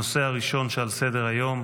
הנושא הראשון שעל סדר-היום,